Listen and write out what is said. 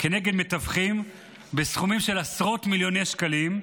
כנגד מתווכים בסכומים של עשרות מיליוני שקלים.